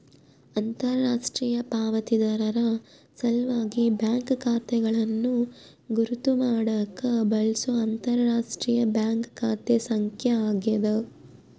ಅಂತರರಾಷ್ಟ್ರೀಯ ಪಾವತಿದಾರರ ಸಲ್ವಾಗಿ ಬ್ಯಾಂಕ್ ಖಾತೆಗಳನ್ನು ಗುರುತ್ ಮಾಡಾಕ ಬಳ್ಸೊ ಅಂತರರಾಷ್ಟ್ರೀಯ ಬ್ಯಾಂಕ್ ಖಾತೆ ಸಂಖ್ಯೆ ಆಗ್ಯಾದ